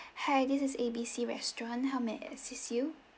hi this is A B C restaurant how may I assist you